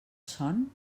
son